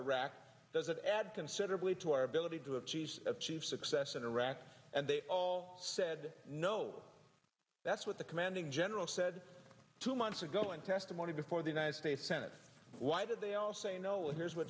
iraq does it add considerably to our ability to have cheese achieve success in iraq and they all said no that's what the commanding general said two months ago in testimony before the united states senate why did they all say no and here's what